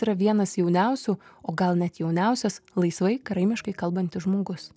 yra vienas jauniausių o gal net jauniausias laisvai karaimiškai kalbantis žmogus